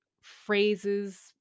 phrases